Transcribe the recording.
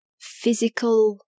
physical